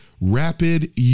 Rapid